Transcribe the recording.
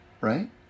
right